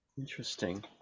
Interesting